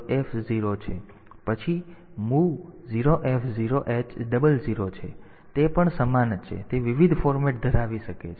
તેથી આ પણ સમાન છે અને તે જ સૂચના સમાન અર્થ છે પરંતુ તે વિવિધ ફોર્મેટ ધરાવી શકે છે